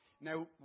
Now